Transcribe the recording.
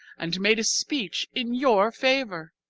and made a speech in your favour.